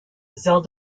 zell